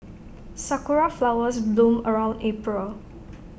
Sakura Flowers bloom around April